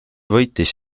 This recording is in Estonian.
võitis